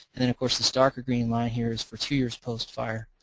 and then of course this darker green line here is for two years post-fire.